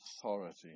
authority